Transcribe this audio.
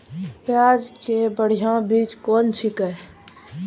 प्याज के बढ़िया बीज कौन छिकै?